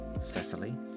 Cecily